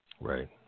right